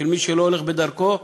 שמי שהולך לא הולך בדרכו,